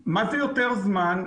מה זה יותר זמן?